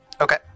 Okay